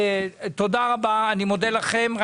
תודה רבה, אני מודה לכם.